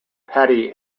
patti